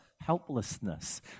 helplessness